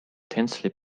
densely